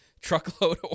truckload